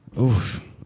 Oof